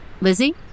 Lizzie